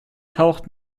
taucht